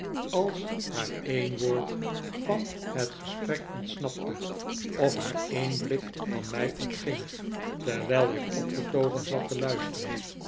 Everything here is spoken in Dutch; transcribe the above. als haar een woord van het gesprek ontsnapte of haar een blik van mij ontging terwijl ik opgetogen zat te luisteren